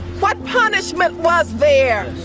what punishment was there?